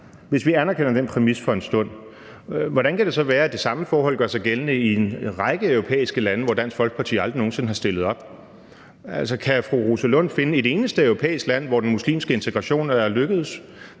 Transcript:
hvis vi anerkender den præmis for en stund, hvordan kan det så være, at det samme forhold gør sig gældende i en række europæiske lande, hvor Dansk Folkeparti aldrig nogen sinde har stillet op? Altså, kan fru Rosa Lund finde et eneste europæisk land, hvor den muslimske integration er lykkedes?